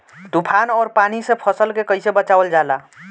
तुफान और पानी से फसल के कईसे बचावल जाला?